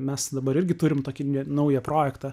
mes dabar irgi turim tokį naują projektą